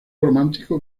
romántico